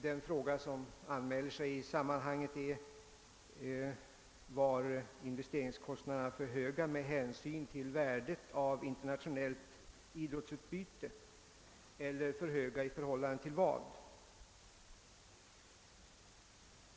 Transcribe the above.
Den fråga som anmäler sig i sammanhanget är om investeringskostnaderna var för höga med hänsyn till värdet av internationellt idrottsutbyte eller i förhållande till någonting annat.